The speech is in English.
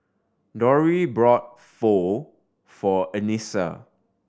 Dori bought Pho for Anissa